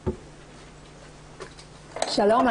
שלום,